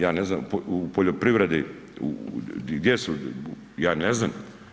Ja ne znam u poljoprivredi, gdje su, ja ne znam.